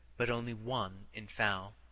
but only one in foul.